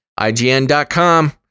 IGN.com